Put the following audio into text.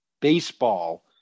baseball